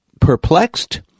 perplexed